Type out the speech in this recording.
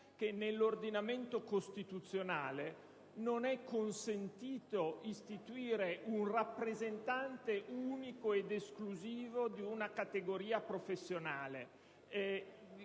il nostro ordinamento costituzionale non consente di istituire un rappresentante unico ed esclusivo di una categoria professionale.